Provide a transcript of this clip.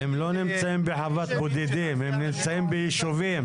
הם לא נמצאים בחוות בודדים, הם נמצאים ביישובים.